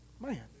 Man